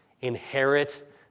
Inherit